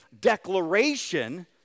declaration